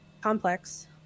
complex